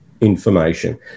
information